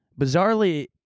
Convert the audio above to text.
bizarrely